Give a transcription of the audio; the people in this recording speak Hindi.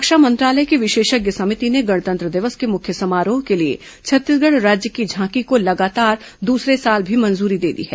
रक्षा मंत्रालय की विशेषज्ञ समिति ने गणतंत्र दिवस के मुख्य समारोह के लिए छत्तीसगढ़ राज्य की झांकी को लगातार दूसरे साल भी मंजूरी दे दी है